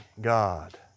God